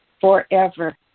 forever